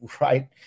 right